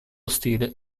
stile